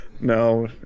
No